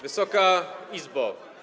Wysoka Izbo!